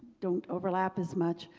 don't overlap as much.